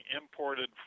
imported